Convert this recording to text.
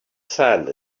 sand